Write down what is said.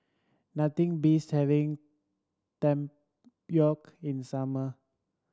nothing beats having tempoyak in the summer